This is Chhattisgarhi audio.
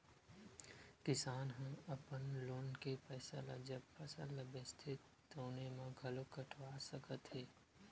किसान ह अपन लोन के पइसा ल जब फसल ल बेचथे तउने म घलो कटवा सकत हे